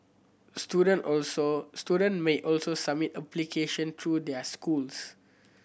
student also student may also submit application through their schools